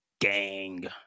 gang